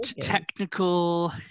technical